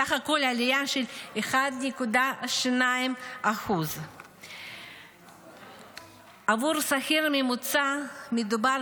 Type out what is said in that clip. וסך הכול עלייה של 1.2%. עבור שכיר ממוצע מדובר